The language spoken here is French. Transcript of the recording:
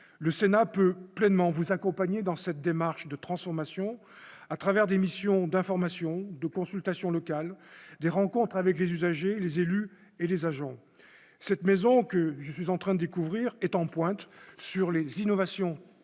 le Sénat peut pleinement vous accompagner dans cette démarche de transformation à travers des missions d'information de consultation locale des rencontres avec les usagers, les élus et les agents cette maison que je suis en train découvrir est en pointe sur les innovations